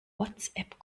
whatsapp